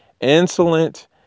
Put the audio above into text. insolent